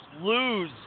lose